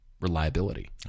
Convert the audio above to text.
reliability